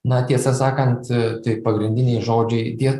na tiesą sakant tai pagrindiniai žodžiai tie